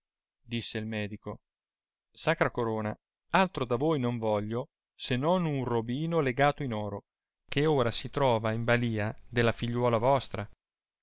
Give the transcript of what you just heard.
disse il medico sacra corona altro da voi non voglio se non un robino legato in oro che ora si trova in balìa della figliuola vostra